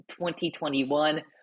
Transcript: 2021